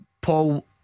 Paul